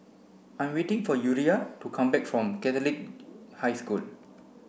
I'm waiting for Uriah to come back from Catholic High School